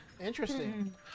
Interesting